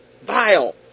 Vile